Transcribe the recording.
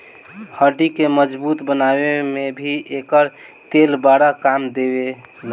हड्डी के मजबूत बनावे में भी एकर तेल बड़ा काम देला